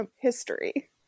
history